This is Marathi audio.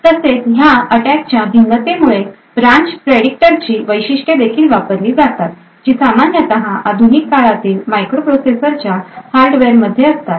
तसेच ह्या अटॅकच्या भिन्नतेमुळे ब्रँच प्रेडिक्टरची वैशिष्ट्ये देखील वापरली जातात जी सामान्यतः आधुनिक काळातील मायक्रोप्रोसेसरच्या हार्डवेअर मध्ये असतात